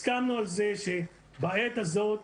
הסכמנו על זה שבעת הזאת